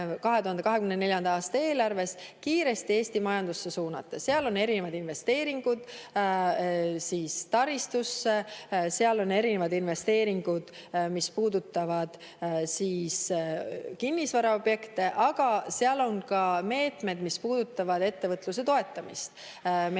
2024. aasta eelarves, kiiresti Eesti majandusse suunata. Seal on investeeringud taristusse, seal on investeeringud, mis puudutavad kinnisvaraobjekte, aga seal on ka meetmed, mis puudutavad ettevõtluse toetamist. Meil